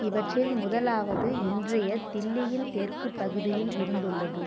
இவற்றில் முதலாவது இன்றைய தில்லியின் தெற்குப் பகுதியில் இருந்துள்ளது